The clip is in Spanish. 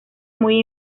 muy